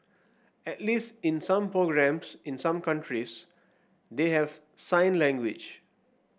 at least in some programmes in some countries they have sign language